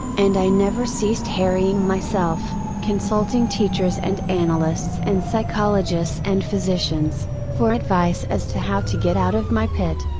and i never ceased harrying myself, consulting teachers and analysts and psychologists and physicians, for advice as to how to get out of my pit.